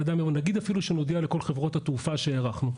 אפילו אם נודיע לכל חברות התעופה שהארכנו,